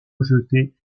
rejetées